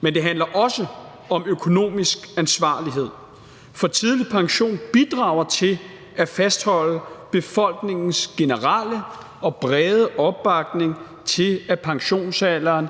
men det handler også om økonomisk ansvarlighed, for tidlig pension bidrager til at fastholde befolkningens generelle og brede opbakning til, at pensionsalderen